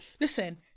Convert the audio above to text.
listen